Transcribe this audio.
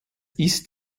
ist